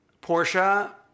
Portia